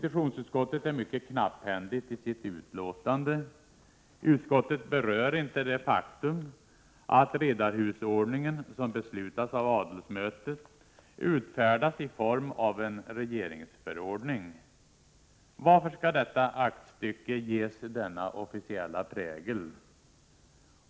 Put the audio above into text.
Utskottet är mycket knapphändigt i sitt utlåtande. Utskottet berör inte det faktum att riddarhusordningen, som beslutas av adelsmötet, utfärdas i form av en regeringsförordning. Varför skall detta aktstycke ges denna officiella prägel?